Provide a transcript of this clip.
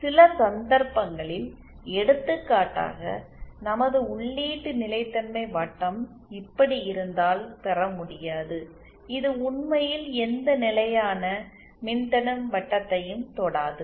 சில சந்தர்ப்பங்களில் எடுத்துக்காட்டாக நமது உள்ளீட்டு நிலைத்தன்மை வட்டம் இப்படி இருந்தால் பெற முடியாதுஇது உண்மையில் எந்த நிலையான மின்தடை வட்டத்தையும் தொடாது